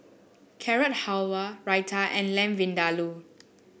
Carrot Halwa Raita and Lamb Vindaloo